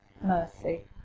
Mercy